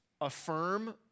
affirm